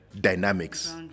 dynamics